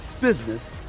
business